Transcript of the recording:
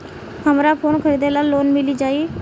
हमरा फोन खरीदे ला लोन मिल जायी?